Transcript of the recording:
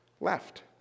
left